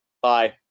Bye